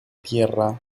tierra